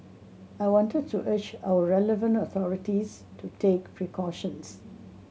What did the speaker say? I wanted to urge our relevant authorities to take precautions